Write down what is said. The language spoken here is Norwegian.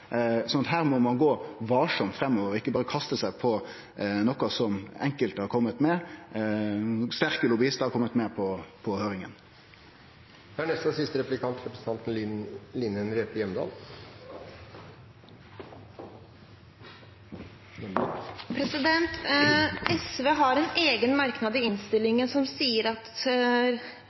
her må ein gå varsamt fram og ikkje berre kaste seg på noko som enkelte sterke lobbyistar har kome med på høyringa. SV har en egen merknad i innstillingen som sier: «Komiteens medlem fra Sosialistisk Venstreparti mener det er rom for et økt uttak i skogen, men at